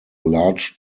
large